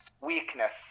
weakness